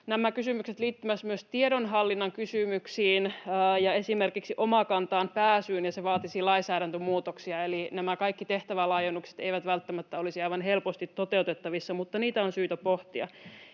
nämä kysymykset liittyvät myös tiedonhallinnan kysymyksiin ja esimerkiksi Omakantaan pääsyyn ja se vaatisi lainsäädäntömuutoksia. Eli nämä kaikki tehtävälaajennukset eivät välttämättä olisi aivan helposti toteutettavissa, mutta niitä on syytä pohtia.